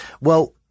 Well-